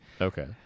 okay